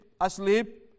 asleep